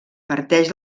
parteix